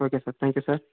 okay sir thank you sir